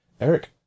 Eric